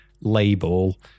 label